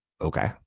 okay